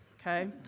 Okay